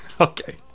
Okay